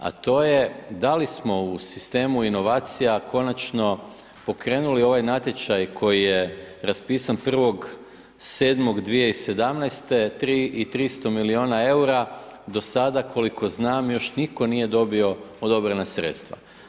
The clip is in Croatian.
A to je da li smo u sistemu inovacija, konačno pokrenuli ovaj natječaj koji je raspisan 1.7.2017. 3 i 300 milijuna eura, do sada koliko znam, još nitko nije dobio odobrena sredstva.